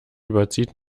überzieht